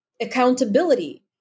accountability